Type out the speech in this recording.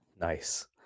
Nice